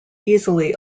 easily